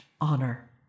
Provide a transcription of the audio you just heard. honor